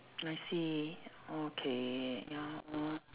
I see okay ya uh